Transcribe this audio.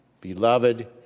Beloved